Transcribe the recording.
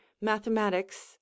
mathematics